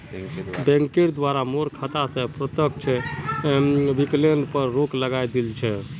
बैंकेर द्वारे मोर खाता स प्रत्यक्ष विकलनेर पर रोक लगइ दिल छ